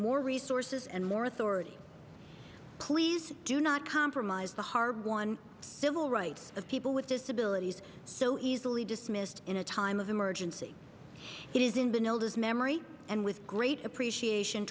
more resources and more authority please do not compromise the hard won civil rights of people with disabilities so easily dismissed in a time of emergency it is in the notice memory and with great appreciation